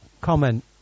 comment